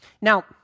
Now